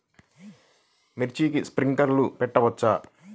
మిర్చికి స్ప్రింక్లర్లు పెట్టవచ్చా?